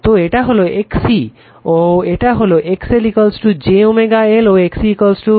তো এটা হলো XC ও এটা হলো XL JL ω ও XC jω C